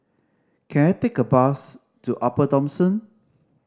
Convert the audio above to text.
can I take a bus to Upper Thomson